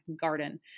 garden